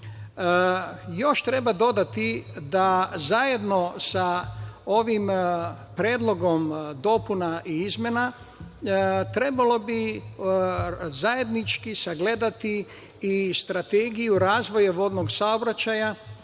Još treba dodati da zajedno sa ovim predlogom dopuna i izmena trebalo bi zajednički sagledati i Strategiju razvoja vodnog saobraćaja